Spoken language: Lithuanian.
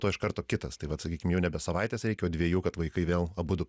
to iš karto kitas tai vat sakykim jau nebe savaites reikia o dviejų kad vaikai vėl abudu